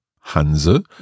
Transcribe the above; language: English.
Hanse